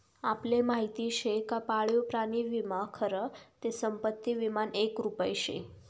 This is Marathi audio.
आपले माहिती शे का पाळीव प्राणी विमा खरं ते संपत्ती विमानं एक रुप शे